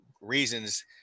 reasons